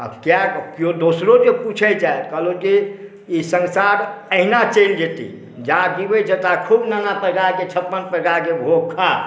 आब किएक केओ दोसरो जँ पूछै छथि कहलहुँ कि ई संसार अहिना चलि जेतै आ जा जिबैत छऽ ता खूब नाना प्रकारके छप्पन प्रकारके भोग खा